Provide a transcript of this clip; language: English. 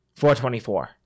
424